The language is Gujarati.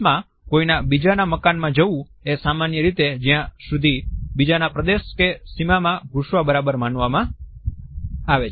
Sમાં કોઈના બીજાના મકાનમાં જવું એ સામાન્ય રીતે જ્યાં સુધી બીજાના પ્રદેશ કે સીમા માં ઘુસવા બરાબર માનવામાં આવે છે